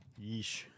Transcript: Yeesh